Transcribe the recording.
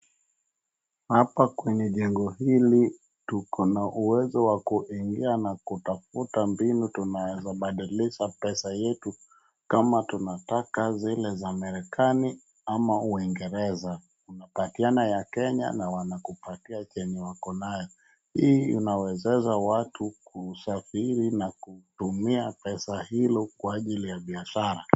Hapa kwenye jengo hili tuko na uwezo wa kuingia na kutafuta mbinu tunaweza kubadalisha pesa yetu. Kama tunataka zile za Marekani ama Uingereza unapatiana ya Kenya na wanakupatia chenye wako nayo. Hii inawezesha watu kusafiri na kutumia pesa hilo kwa ajili ya biashara.